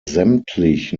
sämtlich